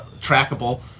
trackable